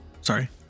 Sorry